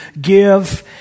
give